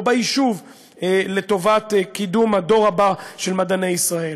ביישובם לטובת קידום הדור הבא של מדעני ישראל.